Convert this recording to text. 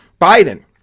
Biden